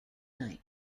night